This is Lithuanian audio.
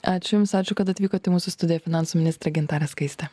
ačiū jums ačiū kad atvykot į mūsų studiją finansų ministrė gintarė skaistė